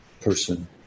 person